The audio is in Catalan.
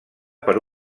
per